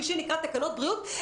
בלי הטיפולים האלה.